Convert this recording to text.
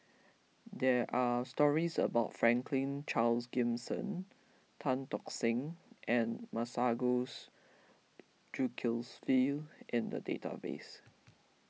there are stories about Franklin Charles Gimson Tan Tock Seng and Masagos Zulkifli in the database